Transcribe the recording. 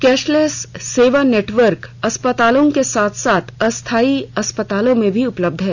cashless सेवा network अस्पतालों को साथ साथ अस्थायी अस्पतालों में भी उपलब्ध है